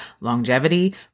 longevity